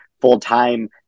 full-time